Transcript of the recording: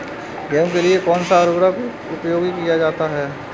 गेहूँ के लिए कौनसा उर्वरक प्रयोग किया जाता है?